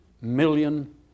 million